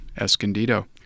Escondido